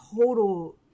total